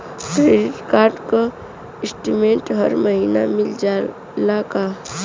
Credit card क statement हर महिना मिल जाला का?